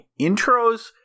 intros